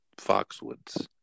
Foxwoods